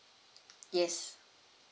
yes